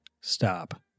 stop